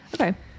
Okay